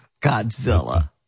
Godzilla